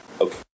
okay